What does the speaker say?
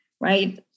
right